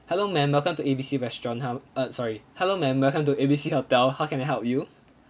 hello ma'am welcome to A B C restaurant how uh sorry hello ma'am welcome to A B C hotel how can I help you